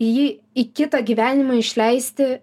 jį į kitą gyvenimą išleisti